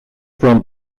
from